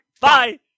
Bye